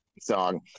song